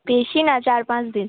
বেশি না চার পাঁচ দিন